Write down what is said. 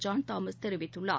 John Thomas தெரிவித்துள்ளார்